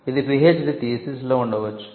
ఇది పీహెచ్డి థీసిస్లో ఉండవచ్చు